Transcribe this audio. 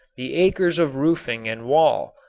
the acres of roofing and wall,